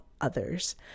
others